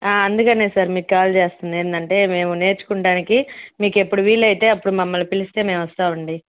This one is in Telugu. అందుకని సార్ మీకు కాల్ చేస్తుంది ఏంటంటే మేము నేర్చుకోడానికి మీకు ఎప్పుడు వీలు అయితే అప్పుడు మమ్మల్ని పిలిస్తే మేము వస్తాం అండి